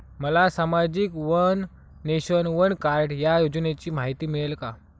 मला सामाजिक one nation, one card या योजनेची माहिती मिळेल का?